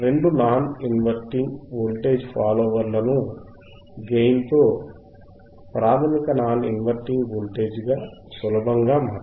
రెండు non inverting voltage ఫాలోవర్లను gain తో ప్రాథమిక నాన్ ఇన్వర్టింగ్ వోల్టేజ్ గా సులభంగా మార్చవచ్చు